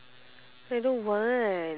I don't want